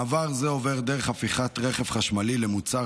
מעבר זה עובר דרך הפיכת רכב חשמלי למוצר